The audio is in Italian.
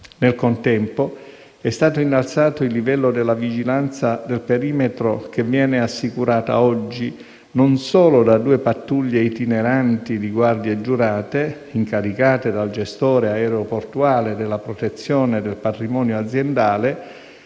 Nel contempo, è stato innalzato il livello della vigilanza del perimetro, che viene assicurata oggi non sono da due pattuglie itineranti di guardie giurate, incaricate dal gestore aeroportuale della protezione del patrimonio aziendale,